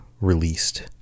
released